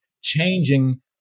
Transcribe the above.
changing